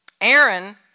Aaron